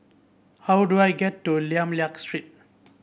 how do I get to Lim Liak Street